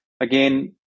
Again